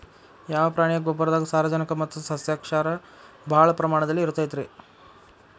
ಯಾವ ಪ್ರಾಣಿಯ ಗೊಬ್ಬರದಾಗ ಸಾರಜನಕ ಮತ್ತ ಸಸ್ಯಕ್ಷಾರ ಭಾಳ ಪ್ರಮಾಣದಲ್ಲಿ ಇರುತೈತರೇ?